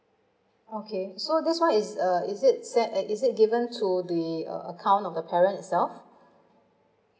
okay so this one is a is it set is it given to the ac~ account of the parents itself